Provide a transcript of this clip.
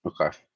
Okay